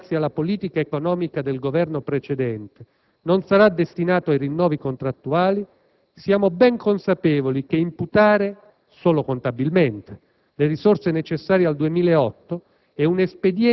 ottenuto grazie alla politica economica del Governo precedente, non sarà destinato ai rinnovi contrattuali, siamo ben consapevoli che imputare (solo contabilmente) le risorse necessarie al 2008